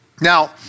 Now